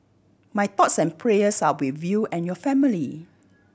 my thoughts and prayers are with you and your family